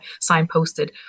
signposted